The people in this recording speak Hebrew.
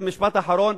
משפט אחרון.